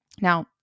Now